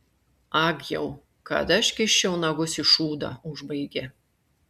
ag jau kad aš kiščiau nagus į šūdą užbaigė